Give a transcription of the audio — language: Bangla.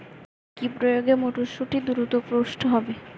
কি প্রয়োগে মটরসুটি দ্রুত পুষ্ট হবে?